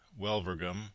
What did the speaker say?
WELVERGUM